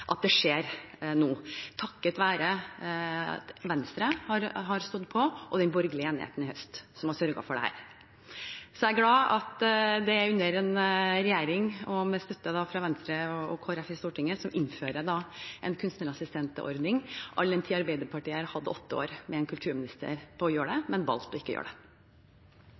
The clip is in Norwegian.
skjer nå – takket være at Venstre har stått på og at den borgerlige enigheten i høst har sørget for dette. Så jeg er glad for at det er en regjering med støtte fra Venstre og Kristelig Folkeparti i Stortinget som innfører en kunstnerassistentordning, all den tid Arbeiderpartiet har hatt åtte år med kulturministeren på å gjøre det, men valgt ikke å gjøre det.